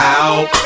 out